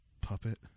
puppet